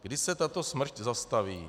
Kdy se tato smršť zastaví?